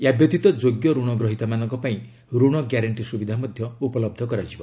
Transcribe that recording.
ଏହାବ୍ୟତୀତ ଯୋଗ୍ୟ ରଣଗ୍ରହୀତାମାନଙ୍କ ପାଇଁ ରଣ ଗ୍ୟାରେଣ୍ଟି ସୁବିଧା ମଧ୍ୟ ଉପଲହ କରାଯିବ